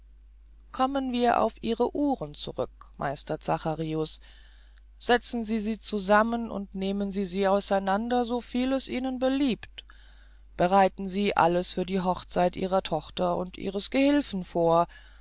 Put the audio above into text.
kommen wir auf ihre uhren zurück meister zacharius setzen sie sie zusammen und nehmen sie sie auseinander so viel ihnen beliebt bereiten sie alles für die hochzeit ihrer tochter und ihres gehilfen vor